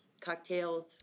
Cocktails